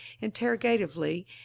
interrogatively